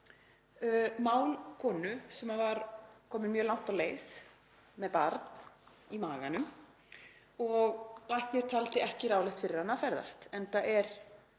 mál konu sem var komin mjög langt á leið, með barn í maganum, og læknir taldi ekki ráðlegt fyrir hana að ferðast, enda er